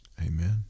Amen